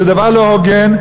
זה דבר לא הוגן.